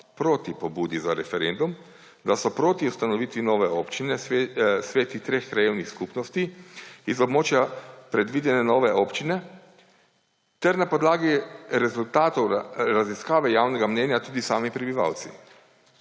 proti pobudi za referendum, da so proti ustanovitvi nove občine sveti treh krajevnih skupnosti iz območja predvidene nove občine ter na podlagi rezultatov raziskave javnega mnenja tudi sami prebivalci.